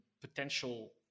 potential